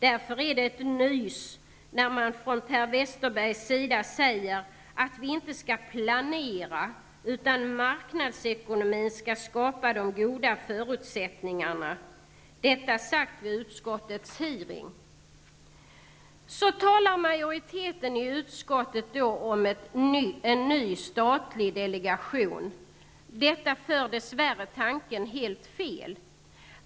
Därför är det nys när Per Westerberg säger att vi inte skall planera, utan marknadsekonomin skall skapa de goda förutsättningarna -- detta sagt vid utskottets hearing. Majoriteten i utskottet talar om en ny statlig delegation. Detta för dess värre tanken helt fel.